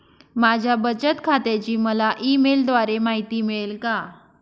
माझ्या बचत खात्याची मला ई मेलद्वारे माहिती मिळेल का?